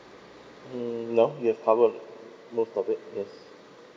mm no you have cover most of it yes